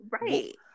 right